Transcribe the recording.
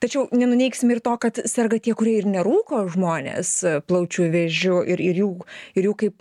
tačiau nenuneigsim ir to kad serga tie kurie ir nerūko žmonės plaučių vėžiu ir ir jų ir jų kaip